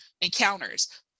encounters